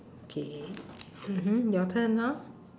okay mmhmm your turn now